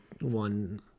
one